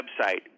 website